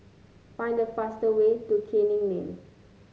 find the fastest way to Canning Lane